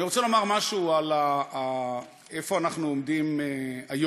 אני רוצה לומר משהו על איפה אנחנו עומדים היום.